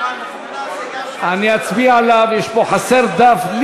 אני אצביע עליו, חסר דף.